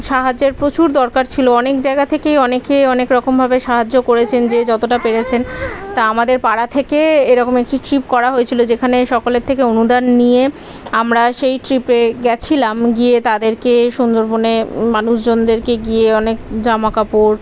সাহায্যের প্রচুর দরকার ছিল অনেক জায়গা থেকেই অনেকে অনেক রকমভাবে সাহায্য করেছেন যে যতটা পেরেছেন তা আমাদের পাড়ার থেকে এরকম একটি ট্রিপ করা হয়েছিল যেখানে সকলের থেকে অনুদান নিয়ে আমরা সেই ট্রিপে গিয়েছিলাম গিয়ে তাদেরকে সুন্দরবনের মানুষজনদেরকে গিয়ে অনেক জামাকাপড়